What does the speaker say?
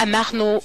אנחנו,